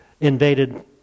invaded